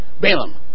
Balaam